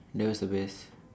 that was the best